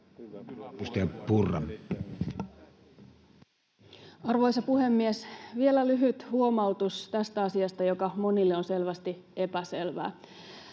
Arvoisa puhemies! Vielä lyhyt huomautus tästä asiasta, joka monille on selvästi epäselvää.